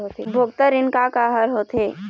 उपभोक्ता ऋण का का हर होथे?